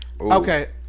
okay